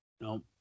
No